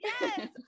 Yes